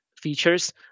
features